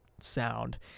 sound